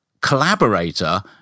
collaborator